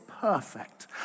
perfect